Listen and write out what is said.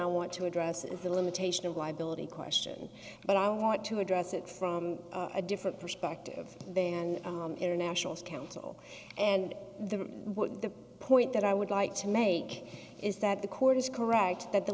i want to address is the limitation of liability question but i want to address it from a different perspective and international council and the what the point that i would like to make is that the court is correct that the